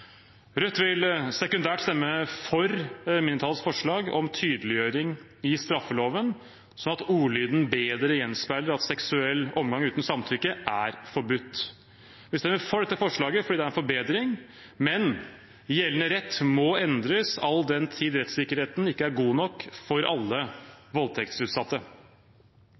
Rødt vil sekundært stemme for mindretallets forslag om tydeliggjøring i straffeloven, sånn at ordlyden bedre gjenspeiler at seksuell omgang uten samtykke er forbudt. Vi stemmer for dette forslaget fordi det er en forbedring, men gjeldende rett må endres, all den tid rettssikkerheten ikke er god nok for alle voldtektsutsatte.